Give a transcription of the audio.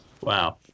Wow